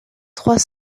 trois